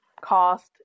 cost